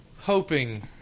hoping